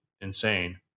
insane